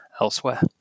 elsewhere